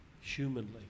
humanly